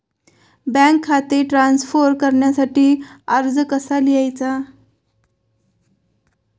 Bank खाते transfer करण्यासाठी अर्ज कसा लिहायचा?